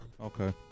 Okay